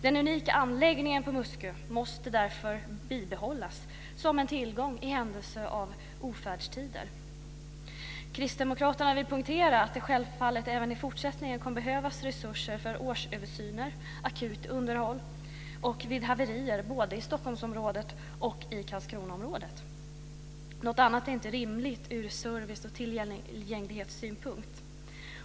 Den unika anläggningen på Muskö måste därför bibehållas som en tillgång i händelse av ofärdstider. Kristdemokraterna vill poängtera att det självfallet även i fortsättningen kommer att behövas resurser för årsöversyner, akut underhåll och vid haverier, både i Stockholmsområdet och i Karlskronaområdet. Något annat är inte rimligt ur service och tillgänglighetssynpunkt.